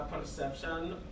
perception